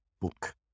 book